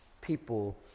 people